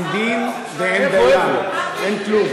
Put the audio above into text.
אין שר, אין דין ואין דיין, אין כלום.